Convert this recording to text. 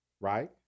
right